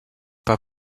pas